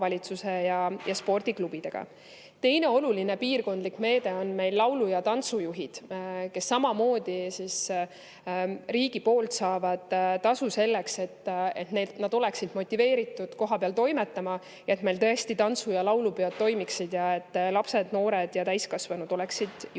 ja spordiklubidega. Teine oluline piirkondlik meede on meil laulu- ja tantsujuhtide jaoks, kes samamoodi saavad riigilt tasu selleks, et nad oleksid motiveeritud kohapeal toimetama, et meil tõesti tantsu- ja laulupeod toimuksid ja lapsed, noored ja täiskasvanud saaksid juhendamist.